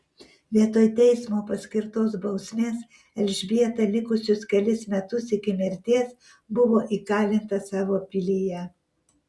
vietoj teismo paskirtos bausmės elžbieta likusius kelis metus iki mirties buvo įkalinta savo pilyje